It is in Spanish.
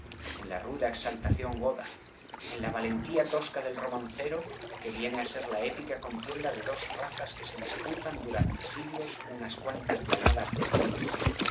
en la ruda exaltación goda en la valentía tosca del romancero que viene á ser la épica contienda de dos razas que se disputan durante siglos unas cuantas llanadas de cepas